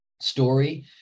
story